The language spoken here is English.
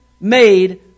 made